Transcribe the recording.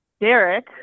Derek